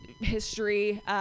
history